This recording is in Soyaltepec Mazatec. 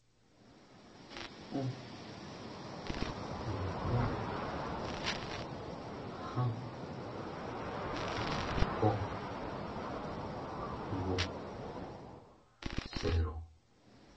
Ún ñujú jan jó ngu sero